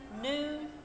noon